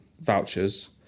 vouchers